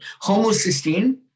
Homocysteine